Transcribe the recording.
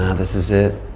this is it,